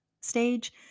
stage